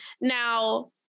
Now